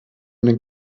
den